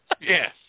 Yes